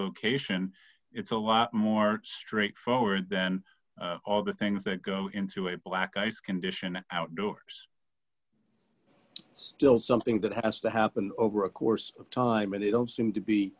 location it's a lot more straightforward then all the things that go into a black ice condition outdoors it's still something that has to happen over a course of time and they don't seem to be